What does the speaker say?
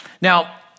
Now